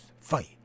fight